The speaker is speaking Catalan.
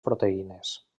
proteïnes